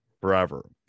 forever